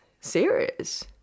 serious